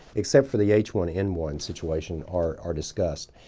except for the h one n one situation are are discussed.